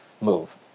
move